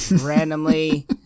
randomly